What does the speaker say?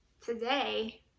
today